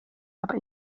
aber